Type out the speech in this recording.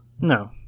No